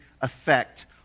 effect